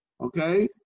okay